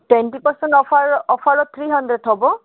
twenty percent অফাৰত three hundred হ'ব